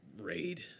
raid